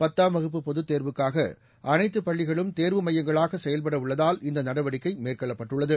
பத்தாம் வகுப்பு பொதுத்தேர்வுக்காக அனைத்து பள்ளிகளும் தேர்வு மையங்களாக செயல்பட உள்ளதால் இந்த நடவடிக்கை மேற்கொள்ளப்பட்டுள்ளது